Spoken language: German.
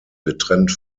getrennt